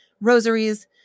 rosaries